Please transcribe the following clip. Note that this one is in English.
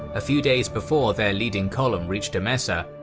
a few days before their leading column reached emesa,